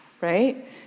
right